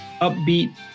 upbeat